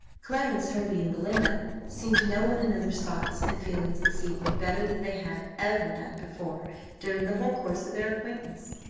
clarence hervey and belinda seemed to know one another's thoughts and feelings this evening better than they had ever done before during the whole course of their acquaintance.